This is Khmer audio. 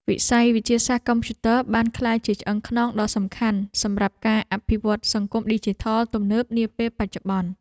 វិស័យវិទ្យាសាស្ត្រកុំព្យូទ័របានក្លាយជាឆ្អឹងខ្នងដ៏សំខាន់សម្រាប់ការអភិវឌ្ឍសង្គមឌីជីថលទំនើបនាពេលបច្ចុប្បន្ន។